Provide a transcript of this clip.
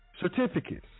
certificates